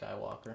Skywalker